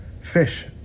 fish